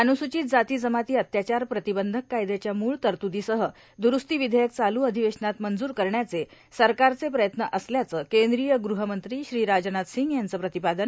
अनुसूचित जाती जमाती अत्याचार प्रतिबंधक कायद्याच्या मूळ तरतुदीसह दुरूस्ती विधेयक चालू अधिवेशनात मंजूर करण्याचे सरकारचे प्रयत्न असल्याचं केंद्रीय ग्रहमंत्री श्री राजनाथ सिंग यांचं प्रतिपादन